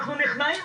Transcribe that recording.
אנחנו נכנעים,